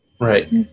Right